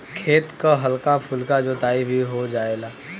खेत क हल्का फुल्का जोताई भी हो जायेला